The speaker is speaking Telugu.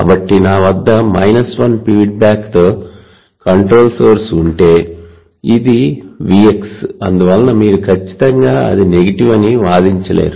కాబట్టి నా వద్ద 1 ఫీడ్బ్యాక్తో కంట్రోల్డ్ సోర్స్ ఉంటే ఇది Vx అందువలన మీరు ఖచ్చితంగా అది నెగటివ్ అని వాదించలేరు